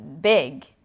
big